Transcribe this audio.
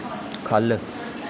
ख'ल्ल